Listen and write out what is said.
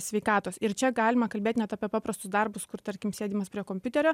sveikatos ir čia galima kalbėti net apie paprastus darbus kur tarkim sėdimas prie kompiuterio